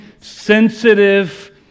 sensitive